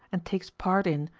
and takes part in,